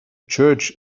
church